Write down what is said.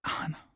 Anna